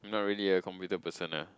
not really a computer person ah